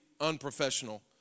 unprofessional